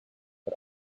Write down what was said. but